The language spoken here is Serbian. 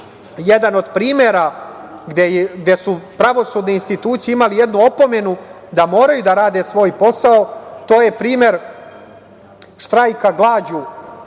jedan od primera gde su pravosudne institucije imale jednu opomenu da moraju da rade svoj posao. To je primer štrajka glađu